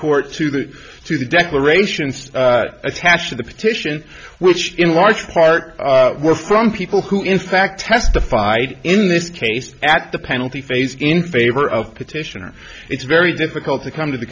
court to the to the declaration attach to the petition which in large part were from people who in fact testified in this case at the penalty phase in favor of petitioner it's very difficult to come to the